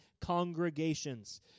congregations